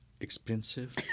expensive